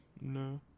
No